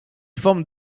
forme